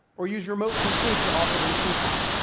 or use remote config to offer them a coupon.